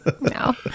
No